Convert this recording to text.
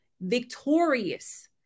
victorious